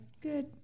good